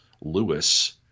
Lewis